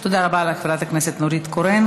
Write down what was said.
תודה רבה לחברת הכנסת נורית קורן.